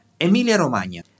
Emilia-Romagna